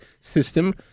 system